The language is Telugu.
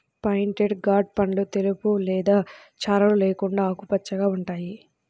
పాయింటెడ్ గార్డ్ పండ్లు తెలుపు లేదా చారలు లేకుండా ఆకుపచ్చగా ఉంటాయి